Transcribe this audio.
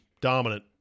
Dominant